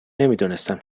نمیدونستم